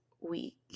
week